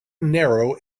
narrow